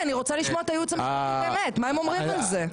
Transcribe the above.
אני רוצה לשמוע את הייעוץ המשפטי מה הם אומרים על זה.